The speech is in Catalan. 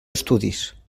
estudis